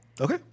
Okay